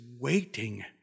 waiting